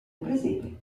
presepe